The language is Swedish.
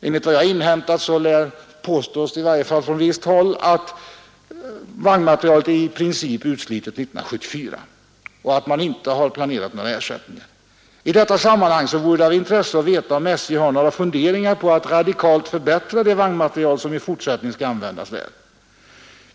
Enligt vad jag inhämtat påstås det i varje fall från visst håll att vagnmaterielen är i princip utsliten 1974 och att man inte har planerat några ersättningar. Det vore av intresse att veta om SJ har några funderingar på att radikalt förbättra den vagnmateriel som i fortsättningen skall användas här.